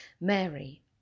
Mary